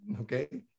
Okay